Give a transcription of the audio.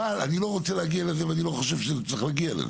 אבל אני לא רוצה להגיע לזה ואני לא חושב שצריך להגיע לזה.